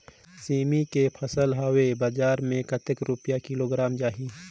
सेमी के फसल हवे बजार मे कतेक रुपिया किलोग्राम जाही?